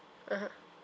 (uh huh)